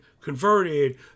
converted